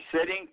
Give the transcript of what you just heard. sitting